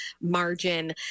margin